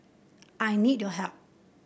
I need your help